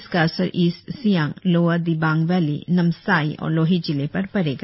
इसका असर east Siang lower Dibang valley Namsai और लोहित जिले पर पड़ेगा